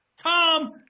Tom